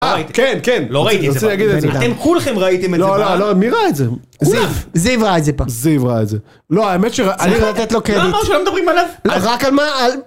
אה כן כן לא ראיתי את זה אתם כולכם ראיתם את זה לא לא מי ראה את זה הוא ראה את זה זיו ראה את זה פעם זיו ראה את זה לא האמת שאני רוצה לתת לו קרדיט למה אמרת שלא מדברים עליו רק על מה